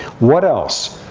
what else?